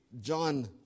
John